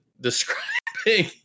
describing